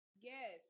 Yes